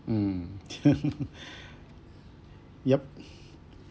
mm yup